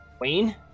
Wayne